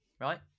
right